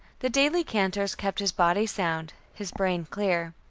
the daily canters kept his body sound, his brain clear.